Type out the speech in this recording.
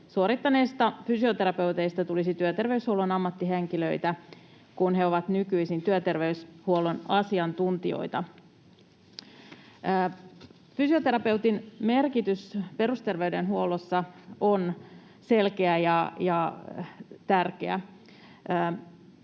suorittaneista fysioterapeuteista tulisi työterveyshuollon ammattihenkilöitä, kun he ovat nykyisin työterveyshuollon asiantuntijoita. Fysioterapeutin merkitys perusterveydenhuollossa on selkeä ja tärkeä.